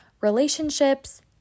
relationships